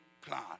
plan